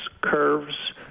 curves